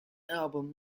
album